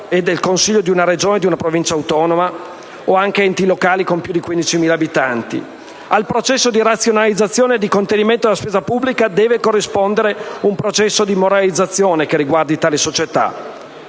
del consiglio di una Regione o di una Provincia autonoma o anche di enti locali con più di 15.000 abitanti. Al processo di razionalizzazione e di contenimento della spesa pubblica deve corrispondere un processo di moralizzazione che riguardi tali società.